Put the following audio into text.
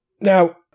Now